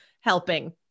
helping